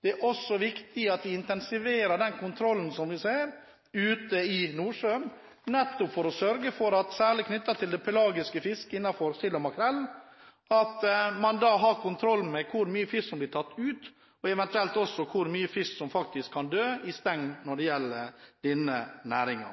Det er også viktig at vi intensiverer den kontrollen ute i Nordsjøen, nettopp for å sørge for at man, særlig knyttet til det pelagiske fisket når det gjelder sild og makrell, har kontroll med hvor mye fisk som blir tatt ut, og eventuelt også med hvor mye fisk som faktisk kan dø i steng når det gjelder denne